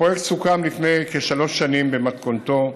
הפרויקט סוכם לפני כשלוש שנים במתכונתו,